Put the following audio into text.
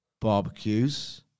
barbecues